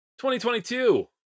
2022